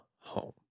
home